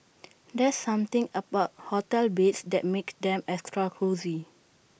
there's something about hotel beds that makes them extra cosy